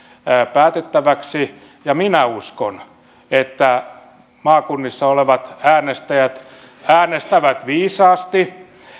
päätettäväksi ja minä uskon että maakunnissa olevat äänestäjät äänestävät viisaasti